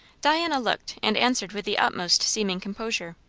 diana looked and answered with the utmost seeming composure.